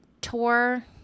tour